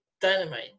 Dynamite